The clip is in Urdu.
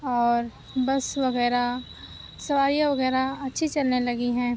اور بس وغیرہ سواریاں وغیرہ اچھی چلنے لگی ہیں